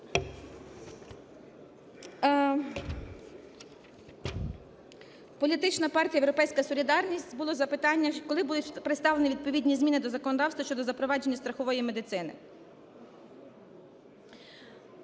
Політична партія "Європейська солідарність", було запитання: "Коли будуть представлені відповідні зміни до законодавства щодо запровадження страхової медицини?"